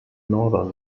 northern